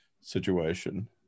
situation